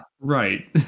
right